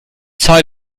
zeit